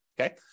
okay